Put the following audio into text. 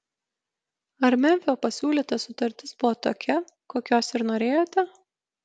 ar memfio pasiūlyta sutartis buvo tokia kokios ir norėjote